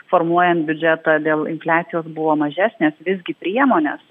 formuojant biudžetą dėl infliacijos buvo mažesnės visgi priemonės